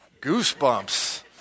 goosebumps